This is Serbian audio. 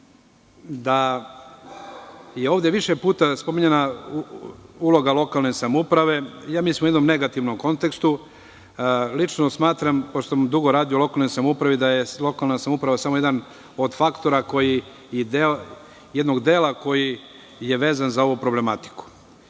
da je ovde više puta spominjana uloga lokalne samouprave, u jednom negativnom kontekstu. Lično smatram, pošto sam dugo radio u lokalnoj samoupravi, da je lokalna samouprava samo jedan od faktora koji je vezan za ovu problematiku.